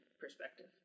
perspective